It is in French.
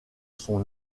son